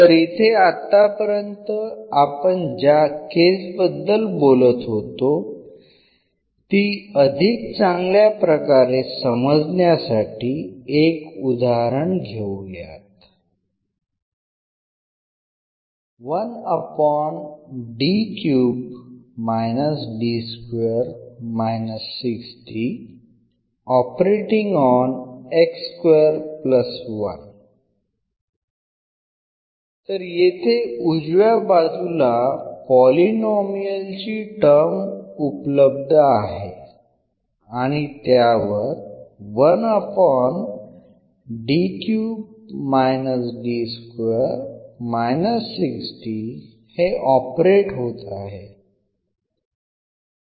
तर इथे आत्तापर्यंत आपण ज्या केस बद्दल बोलत होतो ती अधिक चांगल्या प्रकारे समजण्यासाठी एक उदाहरण घेऊया तर येथे उजव्या बाजूला पॉलीनोमियलची टर्म उपलब्ध आहे आणि त्यावर हे ऑपरेट होत आहे